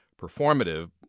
performative